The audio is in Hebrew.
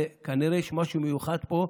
וכנראה יש משהו מיוחד פה,